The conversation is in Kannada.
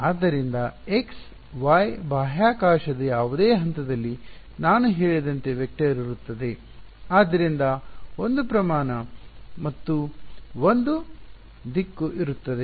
ಆದ್ದರಿಂದ x y ಬಾಹ್ಯಾಕಾಶದ ಯಾವುದೇ ಹಂತದಲ್ಲಿ ನಾನು ಹೇಳಿದಂತೆ ವೆಕ್ಟರ್ ಇರುತ್ತದೆ ಆದ್ದರಿಂದ ಒಂದು ಪ್ರಮಾಣ ಮತ್ತು ದಿಕ್ಕು ಇರುತ್ತದೆ